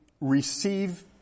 receive